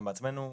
אנחנו בעצמנו,